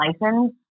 license